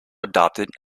adopted